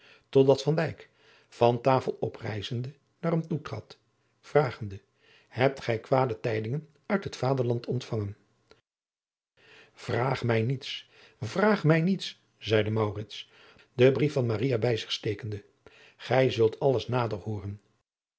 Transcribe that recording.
van dijk van tafel oprijzende naar hem toetrad vragende hebt gij kwade tijdingen uit het vaderland ontvangen vraag mij niets vraag mij niets zeide maurits den brief van maria bij zich stekende gij zult alles nader hooren